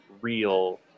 real